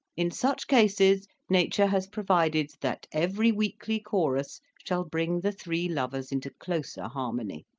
in such cases nature has provided that every weekly chorus shall bring the three lovers into closer harmony.